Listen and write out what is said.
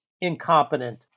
incompetent